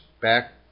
back